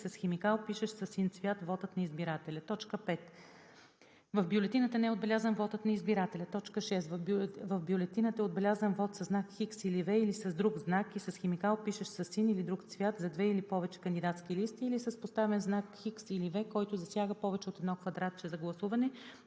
с химикал, пишещ със син цвят, вотът на избирателя; 5. в бюлетината не е отбелязан вотът на избирателя; 6. в бюлетината е отбелязан вот със знак „Х“ или „V“ или с друг знак и с химикал, пишещ със син или друг цвят, за две или повече кандидатски листи или с поставен знак „Х“ или „V“, който засяга повече от едно квадратче за гласуване